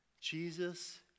Jesus